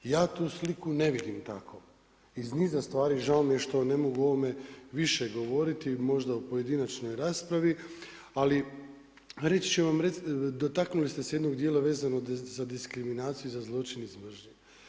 Ja tu sliku ne vidim tako iz niza stvari, žao mi je što ne mogu o ovome više govoriti, možda u pojedinačnoj raspravi ali reći ću vam, dotaknuli ste se jednog dijela vezano za diskriminaciju i za zločin iz mržnje.